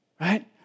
Right